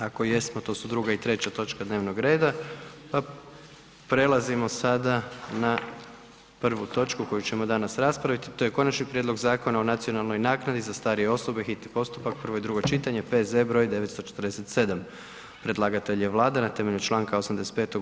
Ako jesmo to su druga i treća točka dnevnog reda, pa prelazimo sada na prvu točku koju ćemo danas raspraviti to je: - Konačni prijedlog Zakona o nacionalnoj naknadi za starije osobe, hitni postupak, prvo i drugo čitanje, P.Z. broj 947 Predlagatelj je Vlada na temelju članka 85.